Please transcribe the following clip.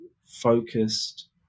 focused